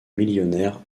millionnaire